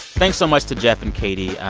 thanks so much to geoff and katie.